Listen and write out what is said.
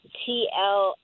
tl